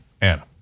Anna